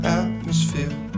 atmosphere